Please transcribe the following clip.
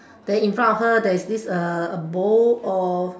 then in front of her there is this uh bowl of